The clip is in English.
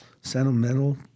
sentimental